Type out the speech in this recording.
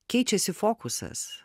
keičiasi fokusas